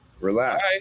Relax